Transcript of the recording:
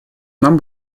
нам